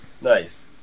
nice